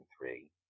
three